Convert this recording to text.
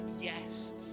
Yes